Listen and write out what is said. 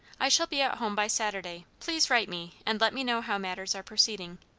i shall be at home by saturday please write me and let me know how matters are proceeding.